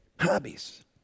hobbies